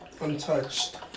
Untouched